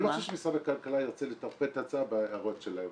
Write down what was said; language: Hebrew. אני לא חושב שמשרד הכלכלה ירצה לטרפד את ההצעה בהערות שלהם